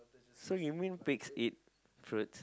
so you mean pigs eat fruits